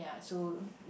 so